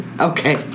Okay